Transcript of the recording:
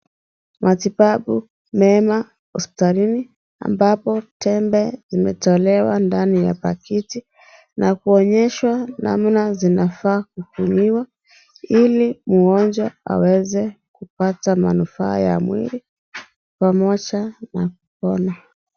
Matibabu mema hospitalini ambapo tembe imetolewa ndani ya pakiti na kuonyesha namna zinafaa kutumiwa ili mgonjwa aweze kupata manufaa ya mwili pamoja na kupona.